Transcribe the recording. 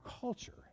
culture